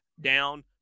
down